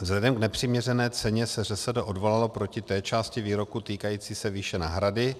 Vzhledem k nepřiměřené ceně se ŘSD odvolalo proti té části výroku týkající se výše náhrady.